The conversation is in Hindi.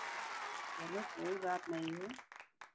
चलो कोई बात नहीं है